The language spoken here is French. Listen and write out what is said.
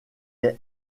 est